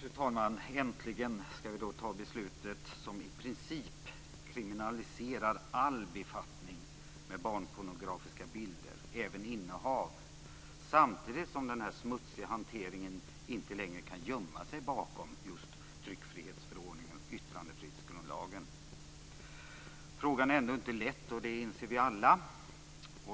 Fru talman! Äntligen skall vi fatta beslutet som i princip kriminaliserar all befattning med barnpornografiska bilder, även innehav. Samtidigt kan denna smutsiga hantering inte längre gömma sig bakom tryckfrihetsförordningen och yttrandefrihetsgrundlagen. Frågan är ändå inte lätt. Det inser vi alla.